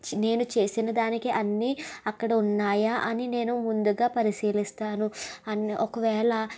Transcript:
నేను చేసిన దానికి అన్నీ అక్కడ ఉన్నాయా అని నేను ముందుగా పరిశీలిస్తాను అన్నీ ఒకవేళ